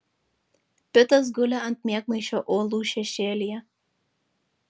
pitas guli ant miegmaišio uolų šešėlyje